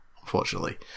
unfortunately